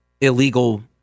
illegal